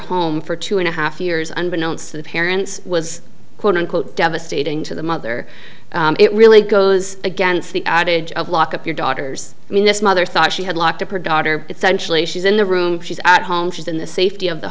home for two and a half years unbeknownst to the parents was quote unquote devastating to the mother it really goes against the adage of lock up your daughters i mean this mother thought she had locked up her daughter it's centrally she's in the room she's at home she's in the safety of the